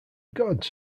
gods